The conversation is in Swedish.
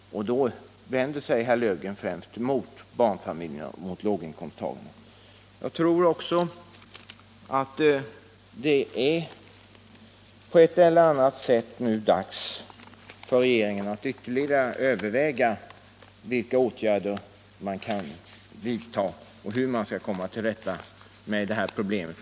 Herr Löfgren syftar då främst på barnfamiljerna och låginkomsttagarna. Jag tror också att det nu är dags för regeringen att på ett eller annat sätt ytterligare överväga vilka åtgärder man kan vidta för att komma till rätta med det här problemet.